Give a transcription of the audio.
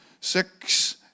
six